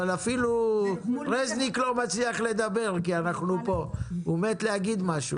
אבל אפילו רזניק לא מצליח לדבר והוא מת להגיד משהו.